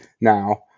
now